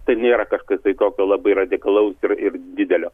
tai nėra kažkas tai tokio labai radikalaus ir ir didelio